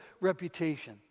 reputation